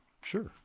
Sure